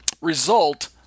result